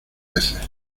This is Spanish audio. veces